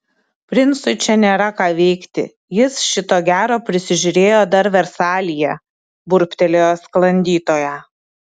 princui čia nėra ką veikti jis šito gero prisižiūrėjo dar versalyje burbtelėjo sklandytoja